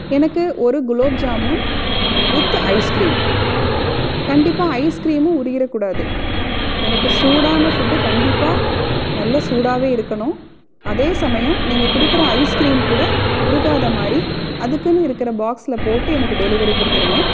எனக்கு ஒரு gulab jamun with ice cream கண்டிப்பாக ஐஸ்கிரீமு உருகிடக்கூடாது எனக்கு சூடான ஃபுட் கண்டிப்பாக நல்ல சூடாகவே இருக்கணும் அதே சமயம் நீங்க கொடுக்குற ஐஸ்கிரீம் கூட உருகாதமாதிரி அதுக்குனு இருக்கிற பாக்ஸில் போட்டு எனக்கு டெலிவரி குடுத்துடுங்க